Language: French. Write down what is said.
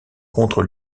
contre